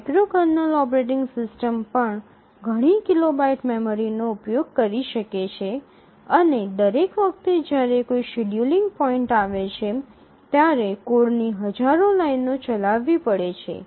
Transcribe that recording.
microkernel operating system પણ ઘણી kilobyte મેમરીનો ઉપયોગ કરી શકે છે અને દરેક વખતે જ્યારે કોઈ શેડ્યૂલિંગ પોઈન્ટ આવે છે ત્યારે કોડની હજારો લાઇનો ચલાવવી પડે છે